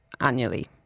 annually